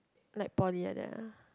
like poly like that ah